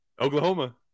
Oklahoma